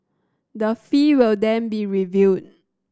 the fee will then be reviewed